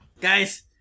Guys